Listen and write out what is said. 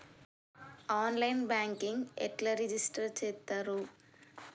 On line banking ఎట్లా register చేత్తరు?